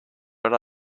but